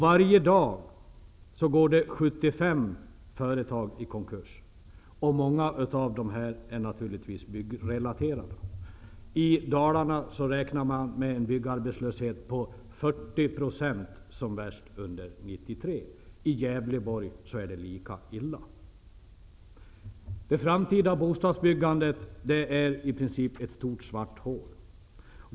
Varje dag går 75 företag i konkurs -- och många av dem är naturligtvis byggrelaterade. I Dalarna räknar man som värst med en byggarbetslöshet på 40 % under 1993. I Gävleborg är det lika illa. Det framtida bostadsbyggandet är ett stort svart hål.